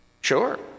Sure